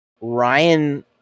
Ryan